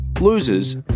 losers